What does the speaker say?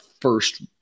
first